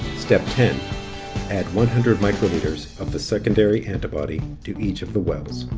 step ten add one hundred microliters of the secondary antibody to each of the wells.